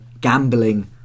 gambling